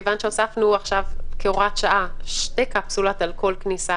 מכיוון שהוספנו עכשיו כהוראת שעה שתי קפסולות על כל כניסה,